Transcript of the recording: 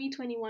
2021